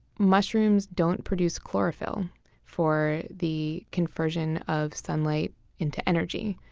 mushrooms don't produce chlorophyll for the conversion of sunlight into energy.